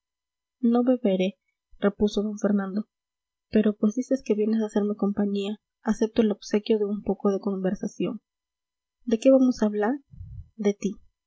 no beberé repuso d fernando pero pues dices que vienes a hacerme compañía acepto el obsequio de un poco de conversación de qué vamos a hablar de ti